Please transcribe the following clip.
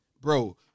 Bro